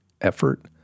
effort